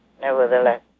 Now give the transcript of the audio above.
nevertheless